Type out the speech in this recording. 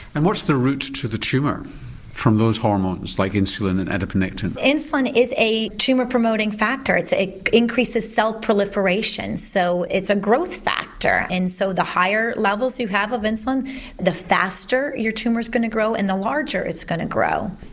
and what's the route to the tumour from those hormones like insulin and adiponectin? insulin is a tumour-promoting factor it increases cell proliferation, so it's a growth factor, and so the higher levels you have of insulin the faster your tumour is going to grow and the larger it's going to grow.